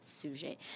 sujet